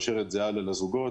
זה לזוגות.